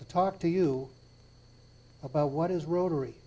to talk to you about what is rotary